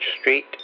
street